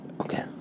Okay